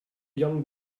young